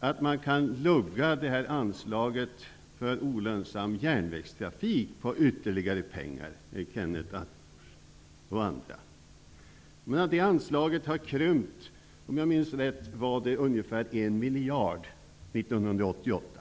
att man kan lugga anslaget för olönsam järnvägstrafik på ytterligare pengar. Det anslaget har krympt. Om jag minns rätt var det ungefär en miljard 1988.